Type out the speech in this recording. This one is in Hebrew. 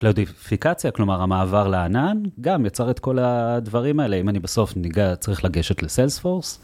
לאודיפיקציה, כלומר המעבר לענן, גם יצר את כל הדברים האלה, אם אני בסוף צריך לגשת לסלספורס,